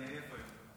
אני עייף היום.